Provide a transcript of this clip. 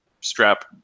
strap